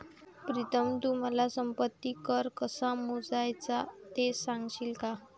प्रीतम तू मला संपत्ती कर कसा मोजायचा ते सांगशील का?